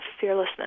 fearlessness